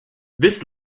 this